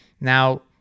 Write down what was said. Now